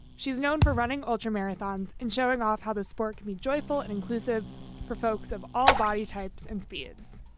she's known for running ultra marathons and showing off how the sport can be joyful and inclusive for folks of all body types and speeds.